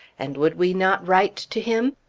and would we not write to him?